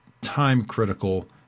time-critical